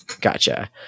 Gotcha